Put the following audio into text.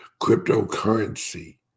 cryptocurrency